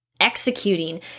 executing